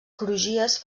crugies